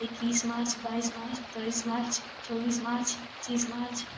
इक्कीस मार्च बाइस मार्च तेइस मार्च चौबीस मार्च पच्चीस मार्च